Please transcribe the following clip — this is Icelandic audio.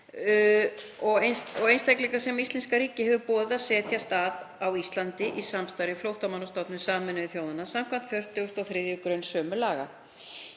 og einstaklinga sem íslenska ríkið hefur boðið að setjast að á Íslandi í samstarfi við Flóttamannastofnun Sameinuðu þjóðanna samkvæmt 43. gr. sömu laga.